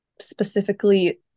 specifically